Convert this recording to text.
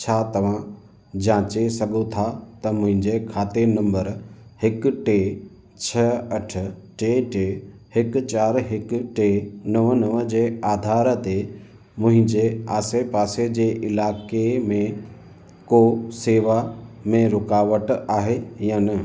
छा तव्हां जांचे सघो था त मुंहिंजे खाते नम्बर हिकु टे छह अठ टे टे हिकु चार हिकु टे नव नव जे आधार ते मुंहिंजे आसे पासे जे इलाइक़े में को सेवा में रुकावट आहे या न